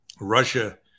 Russia